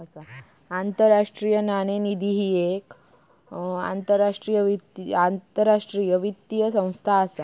आंतरराष्ट्रीय नाणेनिधी ही येक आंतरराष्ट्रीय वित्तीय संस्था असा